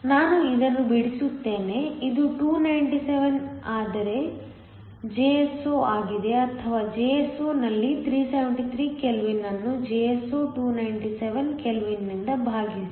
ನಾನು ಇದನ್ನು ಬಿಡಿಸುತ್ತೇನೆ ಇದು 297 ಆದರೆ Jso ಆಗಿದೆ ಅಥವಾ Jso ನಲ್ಲಿ 373 ಕೆಲ್ವಿನ್ ಅನ್ನು Jso 297 ಕೆಲ್ವಿನ್ನಿಂದ ಭಾಗಿಸಿ